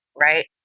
right